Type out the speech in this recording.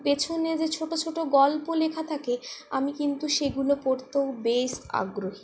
পেছনে যে ছোটো ছোটো গল্প লেখা থাকে আমি কিন্তু সেগুলো পড়তেও বেশ আগ্রহী